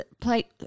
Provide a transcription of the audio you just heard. play